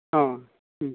औ उम